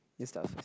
you start first